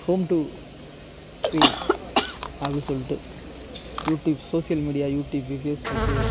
home to screen அப்படினு சொல்லிட்டு YouTubes social media YouTube Facebook